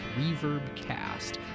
ReverbCast